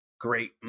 great